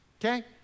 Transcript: Okay